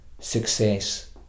success